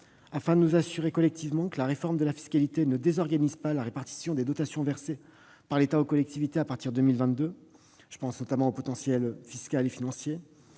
afin de s'assurer que la réforme de la fiscalité ne désorganise pas la répartition des dotations versées par l'État aux collectivités à partir de 2022, notamment au regard des potentiels fiscal et financier.